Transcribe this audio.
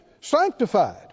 sanctified